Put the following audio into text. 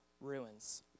ruins